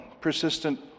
Persistent